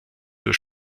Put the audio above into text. nur